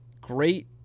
Great